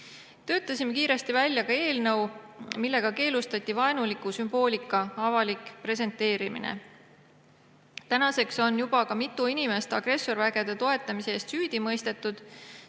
Töötasime kiiresti välja ka eelnõu, millega keelustati vaenuliku sümboolika avalik presenteerimine. Tänaseks on juba ka mitu inimest agressorvägede toetamise eest süüdi mõistetud.